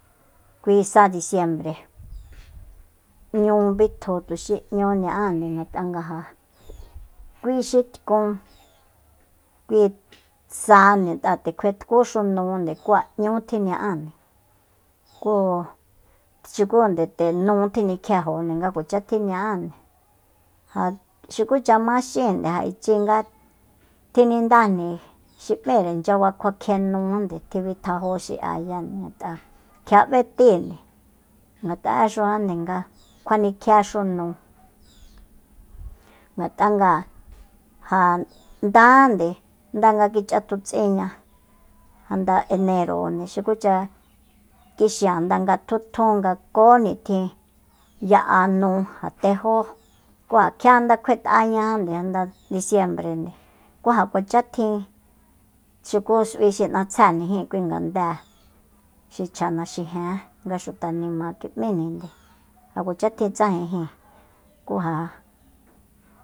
Kui sa diciembre nñu bitju tuxi nñu ña'á ngat'a nga ja kui tkun kui saande ngat'a nde kjuetkúxu núnde ku ja nñu tji ña'ande ku xukunde nde nú tjinikiejo nga kuacha tjiña'ánde ja xukucha ma xínde ja ichi nga tjinindajni xi míre nchyaba kjuakjienujande tjibitjajo xi'ayande ngat'a kjia b'etínde ngat'a'exujande nga kjua nikjiexu nu ngat'a nga ja nda nde ndaga kich'atutsinña janda eneronde xukucha kixi'an ndanga tjutjun nga kó nitjin ya'a nu ja tejó ku ja kjia nda kjuet'añajande disiembrende ku ja kuacha tjin xuku s'ui xi n'atsjéjni kui ngandée xi chja naxijen nga xuta nima kim'íjninde ja kuacha tjin tsajenjin ku ja